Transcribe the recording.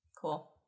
cool